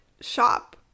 shop